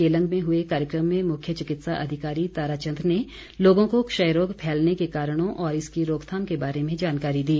केलंग में हुए कार्यक्रम में मुख्य चिकित्सा अधिकारी ताराचंद ने लोगों को क्षयरोग फैलने के कारणों और इसकी रोकथाम के बारे में जानकारी दी